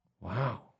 Wow